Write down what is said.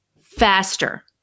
faster